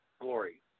glory